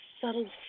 subtle